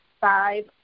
five